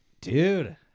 dude